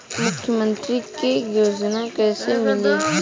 मुख्यमंत्री के योजना कइसे मिली?